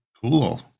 Cool